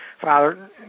Father